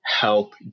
help